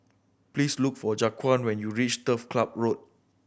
please look for Jaquan when you reach Turf Club Road